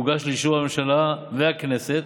יוגש לאישור הממשלה והכנסת